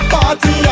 Party